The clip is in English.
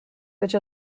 which